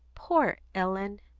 poor ellen!